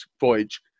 voyage